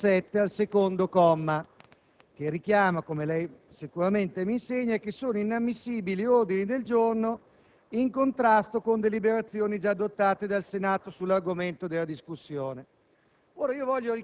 Vorrei sottolineare che abbiamo lavorato con assoluta funzionalità.